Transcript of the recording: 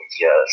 yes